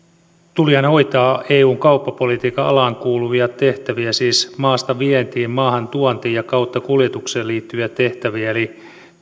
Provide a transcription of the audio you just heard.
tullihan hoitaa eun kauppapolitiikan alaan kuuluvia tehtäviä siis maastavientiin maahantuontiin ja kauttakuljetukseen liittyviä tehtäviä eli